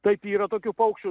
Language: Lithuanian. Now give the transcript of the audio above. taip yra tokių paukščių